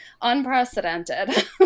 unprecedented